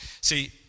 See